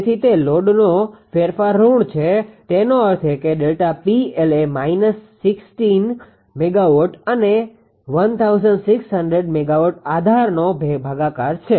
તેથી તે લોડનો ફેરફાર ઋણ છે તેનો અર્થ એ કે Δ𝑃𝐿 એ −16 MW અને 1600 મેગાવોટ આધારનો ભાગાકાર છે